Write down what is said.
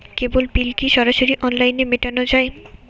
কেবল bill কি সরাসরি অনলাইনে মেটানো য়ায়?